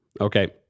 Okay